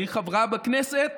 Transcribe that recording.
היא חברה בכנסת